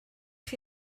chi